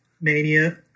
Mania